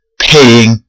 paying